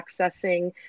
accessing